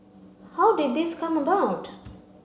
how did this come about